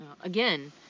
Again